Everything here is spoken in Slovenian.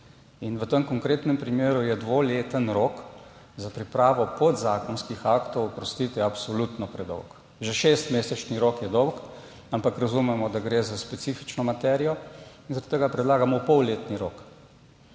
V tem konkretnem primeru je dvoleten rok za pripravo podzakonskih aktov, oprostite, absolutno predolg. Že šestmesečni rok je dolg, ampak razumemo, da gre za specifično materijo, zaradi tega predlagamo polletni rok.